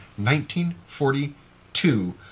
1942